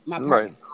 Right